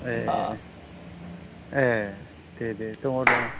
ए ए दे दे दङ दङ